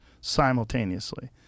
simultaneously